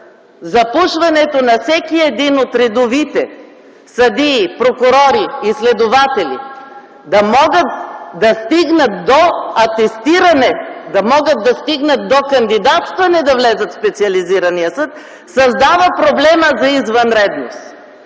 Запушването на всеки един от редовите съдии, прокурори и следователи да могат да стигнат до атестиране, да могат да стигнат до кандидатстване да влязат в специализирания съд, създава проблема за извънредност.